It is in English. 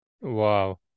Wow